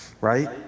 right